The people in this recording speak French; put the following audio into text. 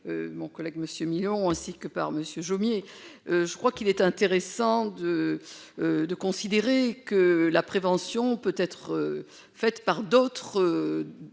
mon collègue Monsieur Millon, ainsi que par Monsieur Jomier je crois qu'il est intéressant de de considérer que la prévention peut être faite par d'autres,